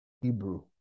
Hebrew